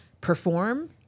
perform